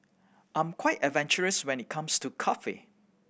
I'm quite adventurous when it comes to coffee